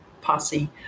posse